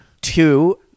Two